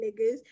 niggas